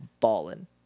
ballin